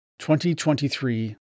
2023